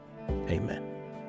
amen